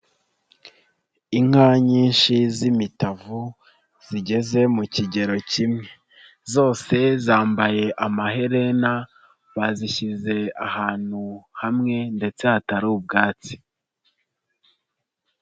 Inka nyinshi z'imitavu zigeze mu kigero kimwe, zose zambaye amaherena bazishyize ahantu hamwe ndetse hatari ubwatsi.